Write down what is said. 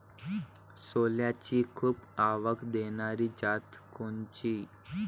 सोल्याची खूप आवक देनारी जात कोनची?